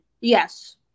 Yes